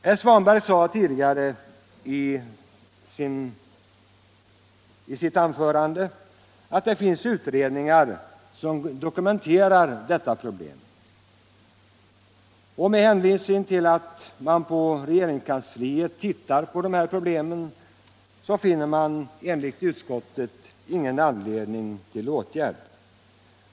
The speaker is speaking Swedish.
Herr Svanberg sade i sitt anförande att det finns utredningar som dokumenterar detta problem, och med hänvisning till att man inom regeringskansliet ser på problemen finner utskottet ingen anledning till åtgärd.